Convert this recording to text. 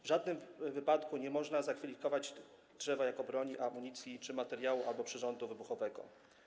W żadnym wypadku nie można zakwalifikować drzewa jako broni, amunicji czy materiału albo przyrządu wybuchowego.